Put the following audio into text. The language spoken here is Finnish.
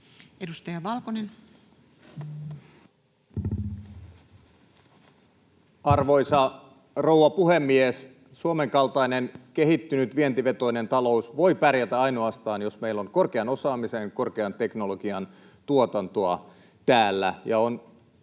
14:34 Content: Arvoisa rouva puhemies! Suomen kaltainen kehittynyt vientivetoinen talous voi pärjätä ainoastaan, jos meillä on korkean osaamisen ja korkean teknologian tuotantoa täällä.